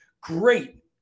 great